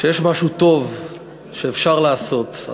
כשיש משהו טוב שאפשר לעשות,